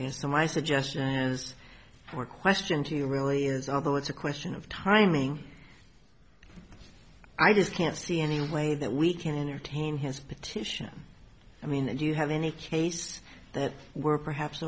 so my suggestion is your question to you really is although it's a question of timing i just can't see any way that we can entertain his petition i mean do you have any case that we're perhaps